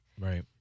Right